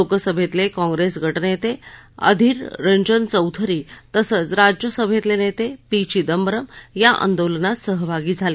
लोकसभेतले काँप्रेस गटनेते अधीररंजन चौधरी तसंच राज्यसभेतले नेते पी चिदंबरम या आंदोलनात सहभागी झाले